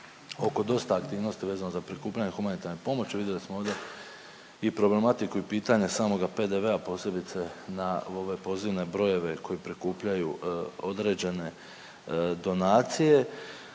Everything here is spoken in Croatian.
Vidjeli smo ovdje i problematiku i pitanje samoga PDV-a, posebice na ove pozivne brojeve koji prikupljaju određene donacije,